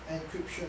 encryption